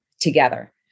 together